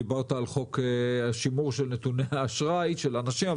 דיברת על חוק השימור של נתוני האשראי של אנשים,